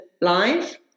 live